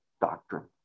doctrine